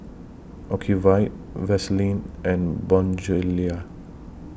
Ocuvite Vaselin and Bonjela